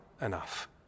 enough